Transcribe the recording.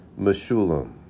Meshulam